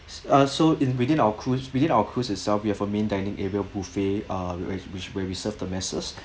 ah so in within our cruise within our cruise itself we have a main dining area buffet ah where which where we serve the masses